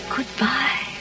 Goodbye